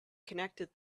connected